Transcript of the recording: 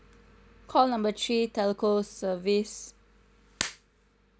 call number three telco service